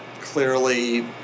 clearly